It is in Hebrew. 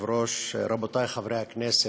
מכובדי היושב-ראש, רבותי חברי הכנסת,